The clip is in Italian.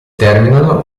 terminano